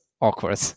awkward